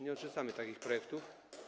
Nie odrzucamy takich projektów.